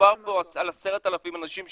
מדובר על 10,000 אנשים,